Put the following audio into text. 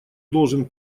должен